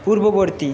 পূর্ববর্তী